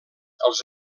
els